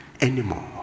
anymore